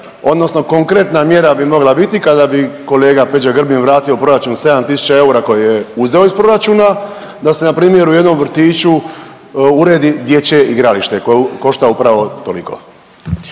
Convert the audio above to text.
odnosno konkretna mjera bi mogla biti kada bi kolega Peđa Grbin vratio u proračun 7 tisuća koje je uzeo iz proračuna, da se npr. u jednom vrtiću uredi dječje igralište, koje košta upravo toliko.